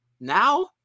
Now